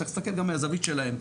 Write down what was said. צריך להסתכל גם על הזווית שלהם.